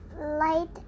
Light